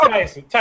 Tyson